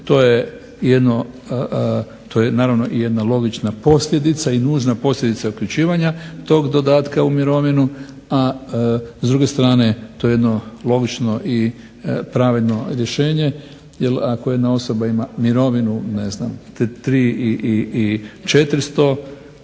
jedna logična posljedica i nužna posljedica uključivanja tog dodatka u mirovinu a s druge strane to je jedno logično i pravedno rješenje jer ako jedna osoba ima mirovinu 3400